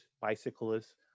bicyclists